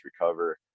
recover